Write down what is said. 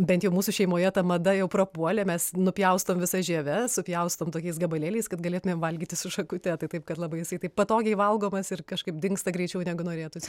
bent jau mūsų šeimoje ta mada jau prapuolė mes nupjaustom visas žieves supjaustom tokiais gabalėliais kad galėtumėm valgyti su šakute tai taip kad labai jisai taip patogiai valgomas ir kažkaip dingsta greičiau negu norėtųsi